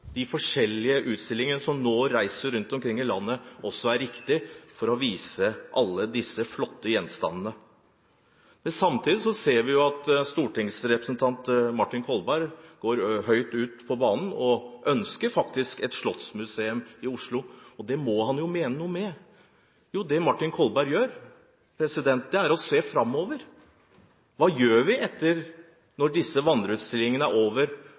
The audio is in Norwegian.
riktig for å vise alle disse flotte gjenstandene. Samtidig ser vi at stortingsrepresentant Martin Kolberg går høyt på banen og ønsker et slottsmuseum i Oslo, og det må han jo mene noe med. Det Martin Kolberg gjør, er å se framover. Hva gjør vi når disse vandreutstillingene er over,